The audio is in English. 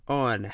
on